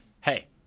Hey